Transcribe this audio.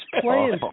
playing